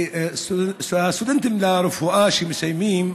הסטודנטים לרפואה שמסיימים